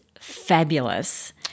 fabulous